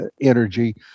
energy